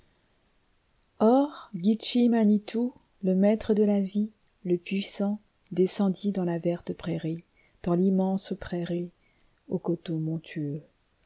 manito le maître de la vie le puissant descendit dans la verte prairie dans rimmense prairie aux coteaux montueux